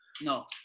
No